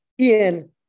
Ian